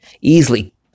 easily